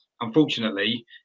unfortunately